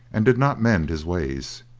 and did not mend his ways.